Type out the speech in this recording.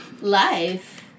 Life